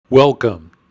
Welcome